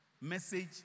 Message